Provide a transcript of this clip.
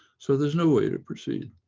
so there's no way to proceed.